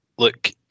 Look